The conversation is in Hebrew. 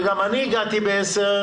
וגם אני הגעתי ב-10,